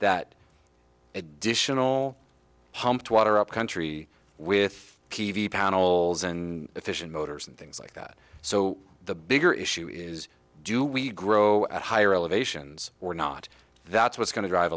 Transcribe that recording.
that additional humped water upcountry with p v panels and efficient motors and things like that so the bigger issue is do we grow at higher elevations or not that's what's going to drive